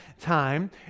time